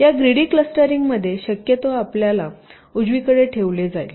तर या greedy clustering मध्येशक्यतो आपल्याला उजवीकडे ठेवले जाईल